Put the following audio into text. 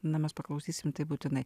na mes paklausysime būtinai